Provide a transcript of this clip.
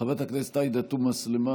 חברת הכנסת עאידה תומא סלימאן,